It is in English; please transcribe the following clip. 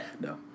No